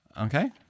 Okay